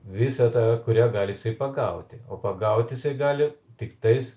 visą tą kurią gali jisai pagauti o pagauti jisai gali tiktais